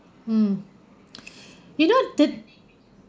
hmm you know the